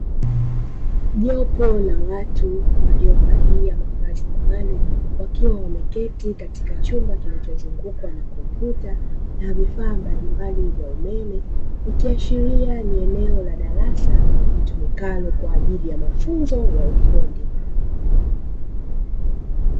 Jopo la watu waliovalia mavazi maalumu wakiwa wameketi katika chumba kilichozungukwa na kompyuta na vifaa mbalimbali vya umeme, ikiashiria ni eneo la darasa litumikalo kwa ajili ya mafunzo ya ufundi.